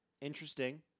Interesting